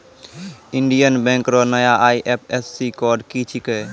Indian bank रो नया IFSC code की छिकै